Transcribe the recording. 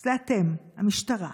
זה אתם, המשטרה.